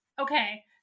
okay